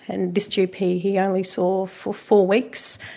and this gp he only saw for four weeks,